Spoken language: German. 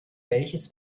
welches